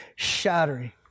Shattering